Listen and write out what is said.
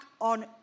on